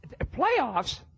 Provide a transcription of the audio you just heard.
Playoffs